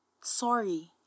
Sorry